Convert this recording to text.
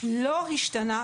לא השתנה.